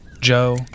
Joe